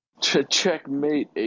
Checkmate